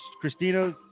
Christina